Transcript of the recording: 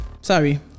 sorry